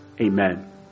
Amen